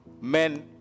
men